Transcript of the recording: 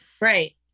Right